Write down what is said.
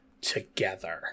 together